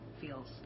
feels